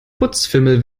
putzfimmel